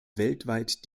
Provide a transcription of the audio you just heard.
weltweit